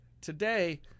today